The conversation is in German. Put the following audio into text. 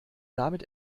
damit